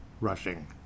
rushing